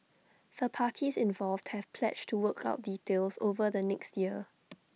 the parties involved have pledged to work out details over the next year